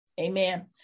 Amen